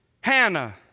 Hannah